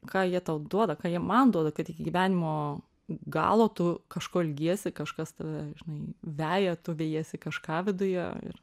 ką jie tau duoda ką jie man duoda kad iki gyvenimo galo tu kažko ilgiesi kažkas tave žinai veja tu vejiesi kažką viduje ir